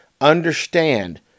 understand